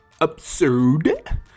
absurd